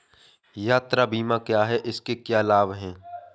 यात्रा बीमा क्या है इसके क्या लाभ हैं?